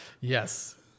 yes